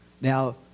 Now